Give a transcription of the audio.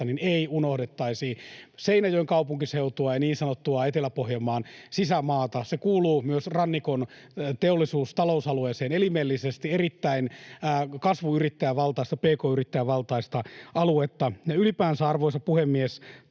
että ei unohdettaisi Seinäjoen kaupunkiseutua ja niin sanottua Etelä-Pohjanmaan sisämaata. Se kuuluu myös rannikon teollisuus-, talousalueeseen elimellisesti ja on erittäin kasvuyrittäjävaltaista, pk-yrittäjävaltaista aluetta. Ylipäätään, arvoisa puhemies,